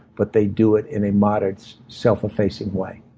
but they do it in a modest, self effacing way.